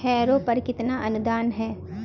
Harrow पर कितना अनुदान है?